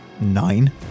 nine